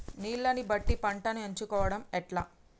నీళ్లని బట్టి పంటను ఎంచుకోవడం ఎట్లా?